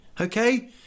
okay